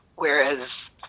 Whereas